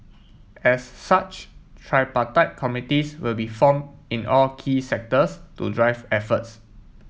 as such tripartite committees will be formed in all key sectors to drive efforts